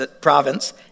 province